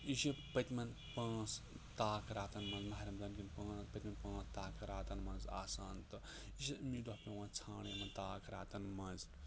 یہِ چھِ پٔتۍمٮ۪ن پانٛژھ تاک راتَن منٛز ماہِ رمضان کٮ۪ن پانٛژھ پٔتۍمٮ۪ن پانٛژھ تاک راتَن منٛز آسان تہٕ یہِ چھِ أمنٕے دۄہ پٮ۪وان ژھانٛڈٕنۍ یِمَن تاک راتَن منٛز